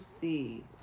see